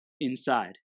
inside